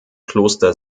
kloster